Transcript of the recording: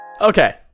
Okay